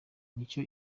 nicyo